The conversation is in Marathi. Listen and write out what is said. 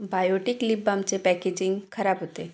बायोटिक लिप बामचे पॅकेजिंग खराब होते